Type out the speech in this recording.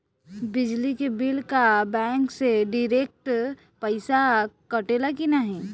बिजली के बिल का बैंक से डिरेक्ट पइसा कटेला की नाहीं?